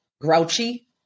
grouchy